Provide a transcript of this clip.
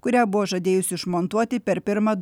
kurią buvo žadėjusi išmontuoti per pirmą